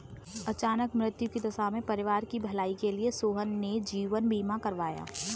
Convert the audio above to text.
अचानक मृत्यु की दशा में परिवार की भलाई के लिए सोहन ने जीवन बीमा करवाया